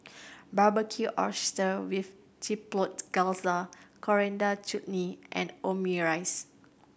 Barbecued Oysters with Chipotle Glaze Coriander Chutney and Omurice